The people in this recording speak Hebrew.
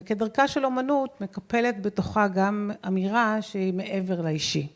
כדרכה של אומנות מקפלת בתוכה גם אמירה שהיא מעבר לאישי.